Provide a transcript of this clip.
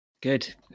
good